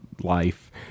life